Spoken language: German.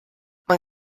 man